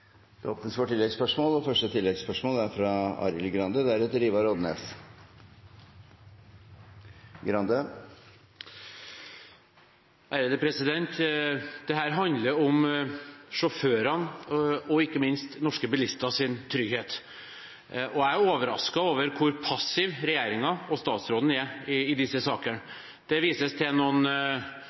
Det blir oppfølgingsspørsmål – først Arild Grande. Dette handler om sjåførenes og ikke minst norske bilisters trygghet. Jeg er overrasket over hvor passiv regjeringen og statsråden er i disse sakene. Det vises til noen